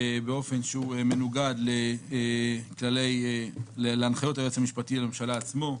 באופן שמנוגד להנחיות היועץ המשפטי לממשלה עצמו,